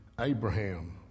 Abraham